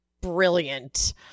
Brilliant